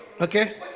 Okay